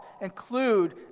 include